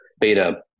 beta